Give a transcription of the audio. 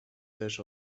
też